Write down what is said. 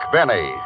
Benny